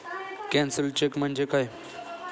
Cancelled cheque म्हणजे काय?